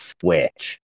Switch